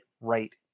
right